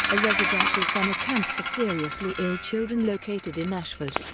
a residential summer camp for seriously ill children located in ashford,